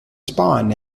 spawn